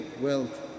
wealth